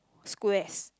squares